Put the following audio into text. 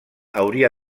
hauria